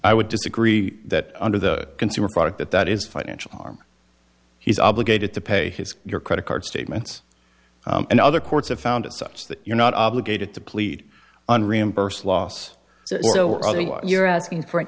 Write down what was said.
i would disagree that under the consumer product that that is financial arm he's obligated to pay his your credit card statements and other courts have found it such that you're not obligated to plead on reimburse loss so you're asking for an